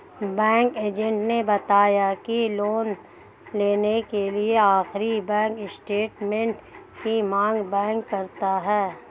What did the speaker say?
bank agent ने बताया की लोन लेने के लिए आखिरी बैंक स्टेटमेंट की मांग बैंक करता है